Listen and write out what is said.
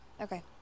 Okay